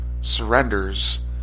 surrenders